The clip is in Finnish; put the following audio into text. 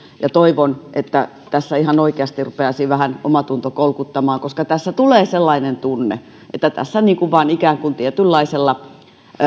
toivon että tässä ihan oikeasti rupeaisi vähän omatunto kolkuttamaan koska tässä tulee sellainen tunne että tässä vain ikään kuin tietynlaisella